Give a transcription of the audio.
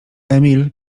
emil